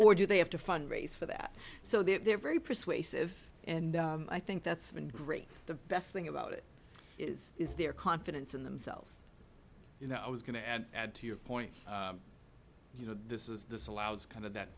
or do they have to fundraise for that so they're very persuasive and i think that's been great the best thing about it is is their confidence in themselves you know i was going to add to your point you know this is this allows kind of that